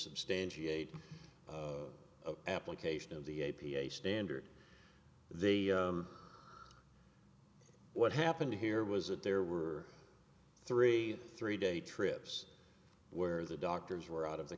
substantiate application of the a p a standard the what happened here was that there were three three day trips where the doctors were out of the